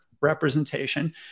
representation